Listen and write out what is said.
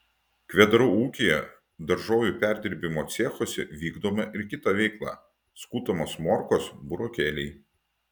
kvedarų ūkyje daržovių perdirbimo cechuose vykdoma ir kita veikla skutamos morkos burokėliai